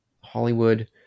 Hollywood